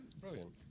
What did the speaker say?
Brilliant